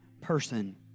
person